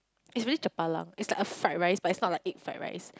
it's really japalang it's like a fried rice but it's not like egg fried rice